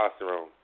testosterone